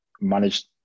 managed